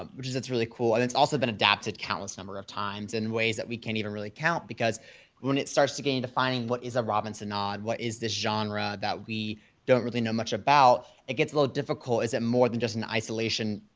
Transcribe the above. um which is it's really cool and it's also been adapted countless number of times in ways that we can't even really count because when it starts again defining what is a robinsonade? what is the genre that we don't really know much about? it gets a little difficult. is it more than just an isolation,